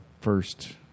first